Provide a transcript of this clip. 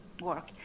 work